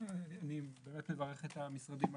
מנכ"לי המשרדים.